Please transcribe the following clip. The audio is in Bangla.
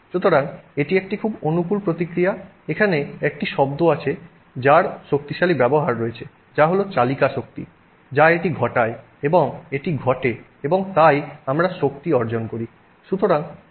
সুতরাং এটি একটি খুব অনুকূল প্রতিক্রিয়া এখানে একটি শব্দ আছে যার শক্তিশালী ব্যবহার রয়েছে যা হল চালিকা শক্তি যা এটি ঘটায় এবং এটি ঘটে এবং তাই আমরা শক্তি অর্জন করি